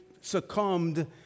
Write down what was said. succumbed